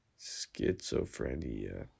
Schizophrenia